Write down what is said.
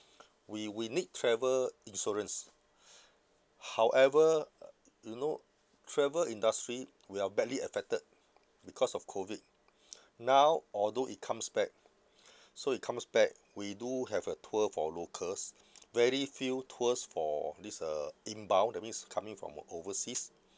we we need travel insurance however you know travel industry we are badly affected because of COVID now although it comes back so it comes back we do have a tour for locals very few tours for this uh inbound that means coming from overseas